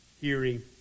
hearing